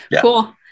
Cool